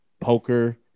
Poker